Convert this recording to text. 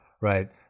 right